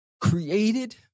created